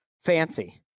fancy